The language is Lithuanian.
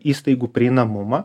įstaigų prieinamumą